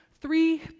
Three